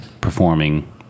performing